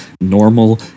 normal